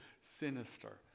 sinister